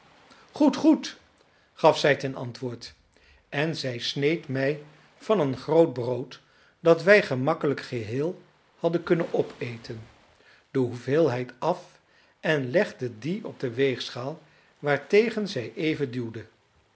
goed goed gaf zij ten antwoord en zij sneed mij van een groot brood dat wij gemakkelijk geheel hadden kunnen opeten de hoeveelheid af en legde die op de weegschaal waartegen zij even duwde